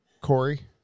Corey